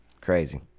Crazy